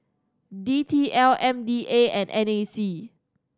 D T L M D A and N A C